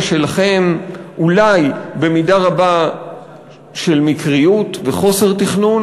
שלכם אולי במידה רבה של מקריות וחוסר תכנון,